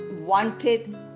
wanted